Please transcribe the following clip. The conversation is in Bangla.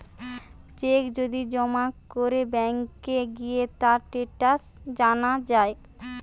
চেক যদি জমা করে ব্যাংকে গিয়ে তার স্টেটাস জানা যায়